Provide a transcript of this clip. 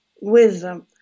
Wisdom